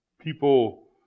people